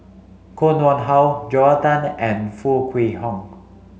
Koh Nguang How Joel Tan and Foo Kwee Horng